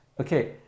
Okay